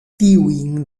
tiujn